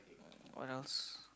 what else